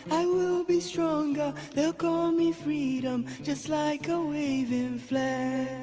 i will be stronger, they'll call me freedom, just like a waving flag,